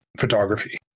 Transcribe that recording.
photography